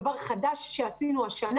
דבר חדש שעשינו השנה.